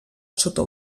sota